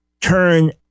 turn